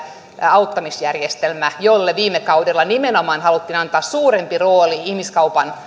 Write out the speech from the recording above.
auttamisjärjestelmä jolle viime kaudella nimenomaan haluttiin antaa suurempi rooli ihmiskaupan